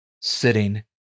sitting